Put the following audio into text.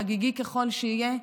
חגיגי ככל שיהיה,